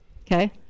Okay